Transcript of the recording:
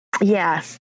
Yes